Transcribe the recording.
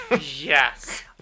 Yes